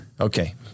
Okay